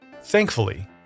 Thankfully